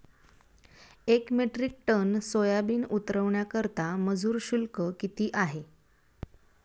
एक metric ton soybean उतरवण्याकरता मजूर शुल्क किती आहे?